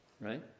right